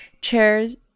chairs